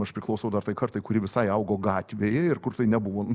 aš priklausau dar tai kartai kuri visai augo gatvėj ir kur tai nebuvo